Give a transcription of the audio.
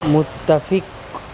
متفق